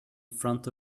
front